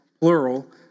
plural